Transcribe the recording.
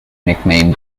nicknamed